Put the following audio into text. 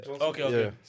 Okay